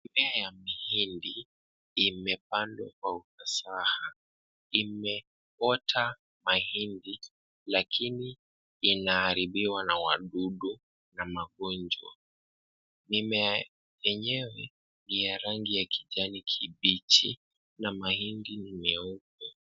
Mimea ya mhindi imemea kwa ufasaha. Imeota mahindi lakini inaharibiwa na wadudu na magonjwa. Mimea yenyewe ni ya rangi kijani kibichi na mahindi ni meupe.